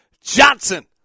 Johnson